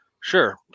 Sure